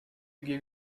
give